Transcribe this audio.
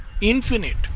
Infinite